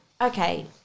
okay